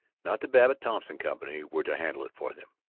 not the babbitt-thompson company, were to handle it for them.